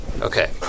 Okay